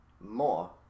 more